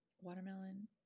watermelon